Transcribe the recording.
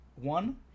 one